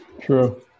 True